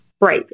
Right